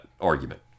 argument